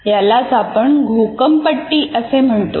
यालाच आपण घोकंपट्टी असे म्हणतो